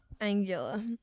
Angular